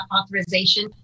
authorization